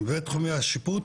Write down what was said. ותחומי השיפוט.